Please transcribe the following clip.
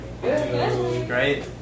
Great